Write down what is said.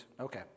Okay